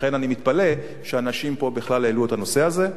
לכן, אני מתפלא שאנשים פה בכלל העלו את הנושא הזה.